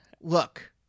Look